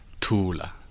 tula